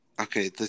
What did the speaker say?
Okay